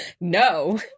No